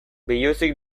biluzik